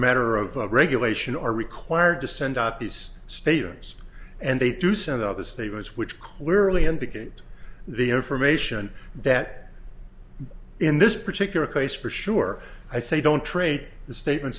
matter of regulation are required to send out these stadiums and they do send out the statements which clearly indicate the information that in this particular case for sure i say don't trade the statement